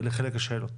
לחלק השאלות.